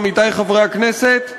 עמיתי חברי הכנסת,